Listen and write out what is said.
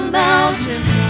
mountains